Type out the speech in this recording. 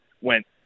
went